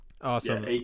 Awesome